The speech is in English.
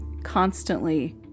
Constantly